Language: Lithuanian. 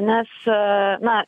nes na